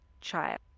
child